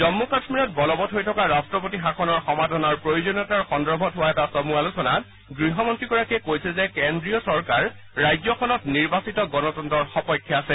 জন্মু কাশ্মীৰত বলবৎ হৈ থকা ৰাট্টপতি শাসনৰ সমাধানৰ প্ৰয়োজনীয়তাৰ সন্দৰ্ভত হোৱা এটা চমু আলোচনাত গৃহমন্ত্ৰীগৰাকীয়ে কৈছে যে কেন্দ্ৰীয় চৰকাৰ ৰাজ্যখনত নিৰ্বাচিত গণতন্ত্ৰৰ সপক্ষে আছে